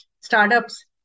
startups